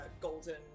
golden